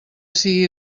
sigui